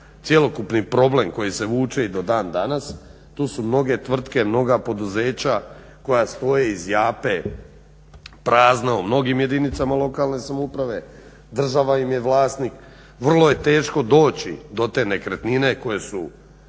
cjelokupni problem koji se vuče i do dan danas. Tu su mnoge tvrtke, mnoga poduzeća koja stoje i zjape prazna u mnogim jedinicama lokalne samouprave, država im je vlasnik. Vrlo je teško doći do te nekretnine koje su